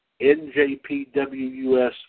NJPWUS